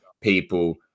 people